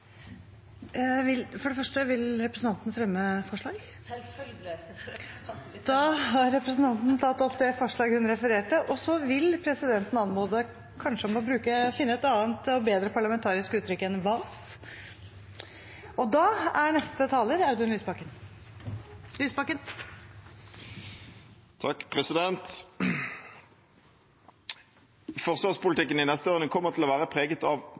Representanten Liv Signe Navarsete har tatt opp det forslaget hun refererte til. Så vil presidenten anmode om kanskje å finne et annet og bedre parlamentarisk uttrykk enn «vas». Forsvarspolitikken de neste årene kommer til å være preget av tøffe prioriteringer. Det er alltid lett å